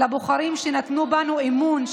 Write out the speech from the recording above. לבוחרים שנתנו בנו אמון,